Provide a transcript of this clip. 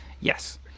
Yes